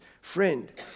friend